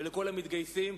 ולכל המתגייסים: